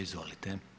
Izvolite.